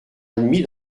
admis